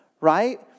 Right